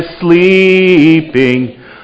sleeping